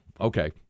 Okay